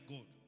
God